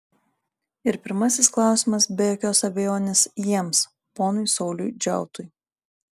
ir pirmasis klausimas be jokios abejonės jiems ponui sauliui džiautui